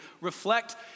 reflect